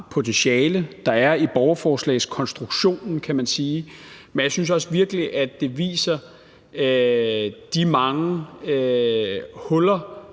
potentiale, der er i borgerforslagskonstruktionen, men jeg synes på den anden side virkelig også, det viser de mange huller